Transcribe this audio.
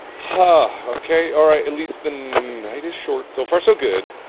huh, okay. alright at least the night is short. so far, so good.